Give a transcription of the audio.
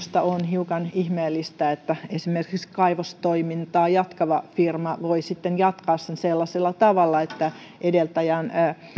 hiukan ihmeellistä että esimerkiksi kaivostoimintaa jatkava firma voi jatkaa sitä sellaisella tavalla että se ei vastaakaan edeltäjän